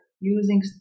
using